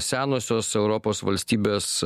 senosios europos valstybės